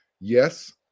Yes